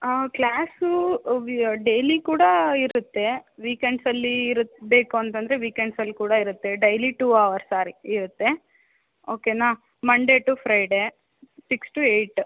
class ವಿ daily ಕೂಡ ಇರುತ್ತೆ ವೀಕೆಂಡ್ಸಲ್ಲಿ ಇರುತ್ ಬೇಕು ಅಂತಂದರೆ ವೀಕೆಂಡ್ಸಲ್ಲಿ ಕೂಡ ಇರುತ್ತೆ ಡೈಲಿ ಟೂ ಅವರ್ಸ್ ಸಾರಿ ಇರುತ್ತೆ ಓಕೆನಾ Monday to Friday six to eight